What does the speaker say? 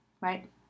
right